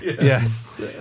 Yes